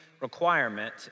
requirement